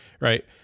right